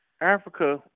Africa